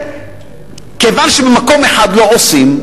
כיוון שבמקום אחד לא עושים,